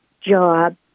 job